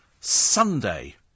Sunday